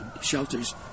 shelters